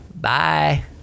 Bye